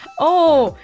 oh,